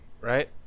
right